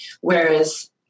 Whereas